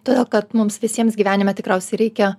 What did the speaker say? todėl kad mums visiems gyvenime tikriausiai reikia